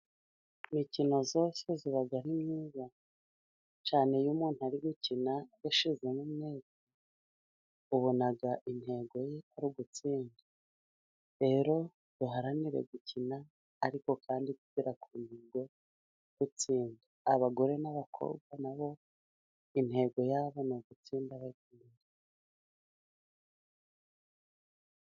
Imikino yose iba ari myiza, cyane iyo umuntu ari gukina yashizemo umwete ubona intego ye ari ugutsinda, rero duharanire gukina ariko kandi tugera ku ntego dutsinda, abagore n'abakobwa na bo intego yabo ni ugutsinda ba....